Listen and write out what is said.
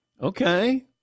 Okay